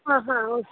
ಹಾಂ ಹಾಂ ಓಕೆ